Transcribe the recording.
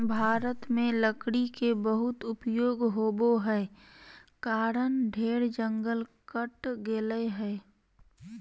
भारत में लकड़ी के बहुत उपयोग होबो हई कारण ढेर जंगल कट गेलय हई